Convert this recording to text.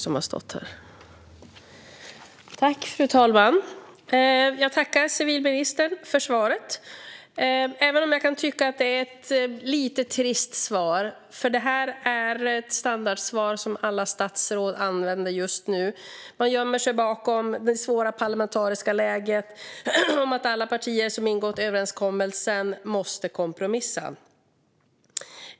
Fru talman! Jag tackar civilministern för svaret, även om jag kan tycka att det var lite trist. Det är ett standardsvar som alla statsråd använder just nu. Man gömmer sig bakom det svåra parlamentariska läget och att alla partier som ingått överenskommelsen måste kompromissa.